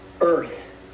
earth